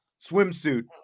swimsuit